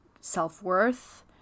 self-worth